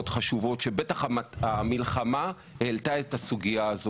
חשובות שבטח המלחמה העלתה את הסוגיה הזאת.